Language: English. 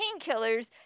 painkillers